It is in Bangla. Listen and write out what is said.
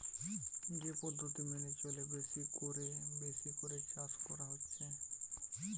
যে পদ্ধতি মেনে চলে বেশি কোরে বেশি করে চাষ করা হচ্ছে